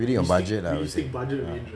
within your budget ah I will say ah